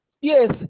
Yes